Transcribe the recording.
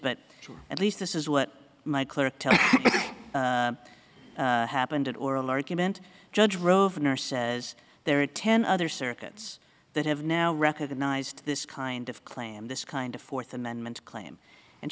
but at least this is what my clerk tell happened at oral argument judge rove nurse says there are ten other circuits that have now recognized this kind of claim this kind of fourth amendment claim and